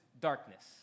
darkness